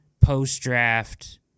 post-draft